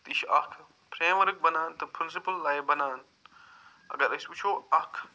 تہٕ یہِ چھُ اکھ فرٛیم ؤرک بناوان تہٕ پرنٛسپٕل لایِف بنان اگر أسۍ وٕچھو اکھ